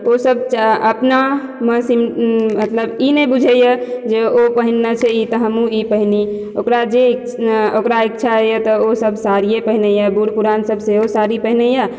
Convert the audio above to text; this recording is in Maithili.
ओ सब अपना मतलब ई नहि बुझैया जे ओ पहिराइ छै ई तऽ हमहुँ ई पहिने ओकरा जे ई ओकरा इच्छा होइया तऽ ओ सब साड़िये पहिरैया बूढ़ पुरान सब सेहो साड़ी पहिरैया